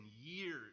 years